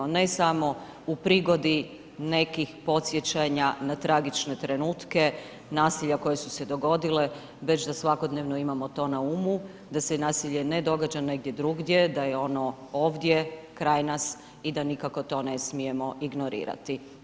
Ne samo u prigodi nekih podsjećanja na tragične trenutke nasilja koje su se dogodile, već da svakodnevno imamo to na umu da se nasilje ne događa negdje drugdje, da je ono ovdje, kraj nas i da nikako to ne smijemo ignorirati.